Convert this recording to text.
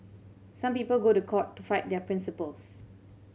some people go to court to fight their principles